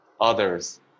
others